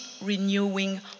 renewing